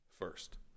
first